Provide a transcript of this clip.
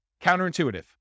Counterintuitive